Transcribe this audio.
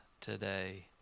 today